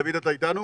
דוד, אתה איתנו?